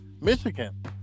Michigan